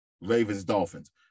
Ravens-Dolphins